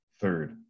third